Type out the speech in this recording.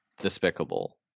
despicable